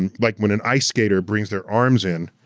and like when an ice skater brings their arms in,